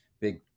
big